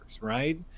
right